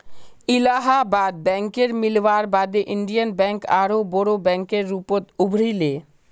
इलाहाबाद बैकेर मिलवार बाद इन्डियन बैंक आरोह बोरो बैंकेर रूपत उभरी ले